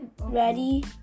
Ready